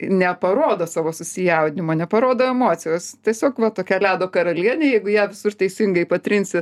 neparodo savo susijaudinimo neparodo emocijos tiesiog va tokia ledo karalienė jeigu ją visur teisingai patrinsi